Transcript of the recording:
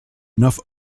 enough